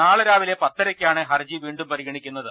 നാളെ രാവിലെ പത്തരയ്ക്കാണ് ഹർജി വീണ്ടും പരിഗണിക്കു ന്നത്